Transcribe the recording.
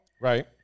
Right